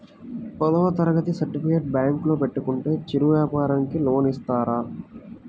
పదవ తరగతి సర్టిఫికేట్ బ్యాంకులో పెట్టుకుంటే చిరు వ్యాపారంకి లోన్ ఇస్తారా?